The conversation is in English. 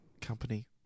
company